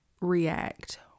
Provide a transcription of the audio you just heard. react